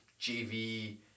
JV